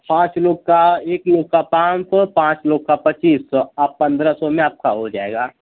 पाँच लोग का एक लोग का पाँच सौ पाँच लोग का पच्चीस सौ और पंद्रह सौ में आपका हो जाएगा